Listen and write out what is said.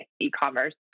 e-commerce